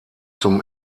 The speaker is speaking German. zum